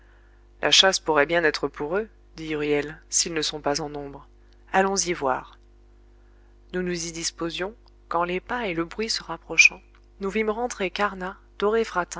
la chasse pourrait bien être pour eux dit huriel s'ils ne sont pas en nombre allons-y voir nous nous y disposions quand les pas et le bruit se rapprochant nous vîmes rentrer carnat